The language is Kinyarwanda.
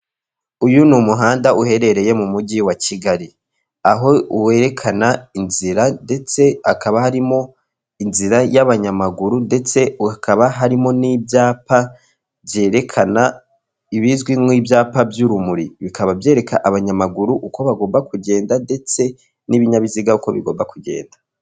Uyu ni umuhanda uherereye mu Mujyi wa Kigali. Aho werekana inzira ndetse hakaba harimo inzira y'abanyamaguru, ndetse hakaba harimo n'ibyapa byerekana ibizwi nk' ibyapa by'urumuri. Bikaba byereka abanyamaguru uko bagomba kugenda, ndetse n'ibinyabiziga uko bigomba kugenda.